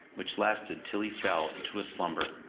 which lasted till he fell into a slumber.